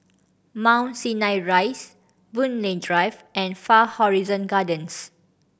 Mount Sinai Rise Boon Lay Drive and Far Horizon Gardens